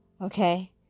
okay